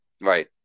right